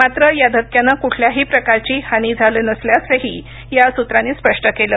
मात्र या धक्क्यानं कुठल्याही प्रकारची हानी झालं नसल्याचंही या सूत्रांनी स्पष्ट केलं